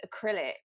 acrylic